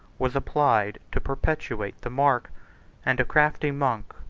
was applied to perpetuate the mark and a crafty monk,